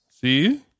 See